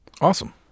Awesome